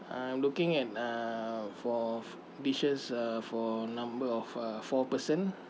I am looking at uh for dishes uh for a number of a four person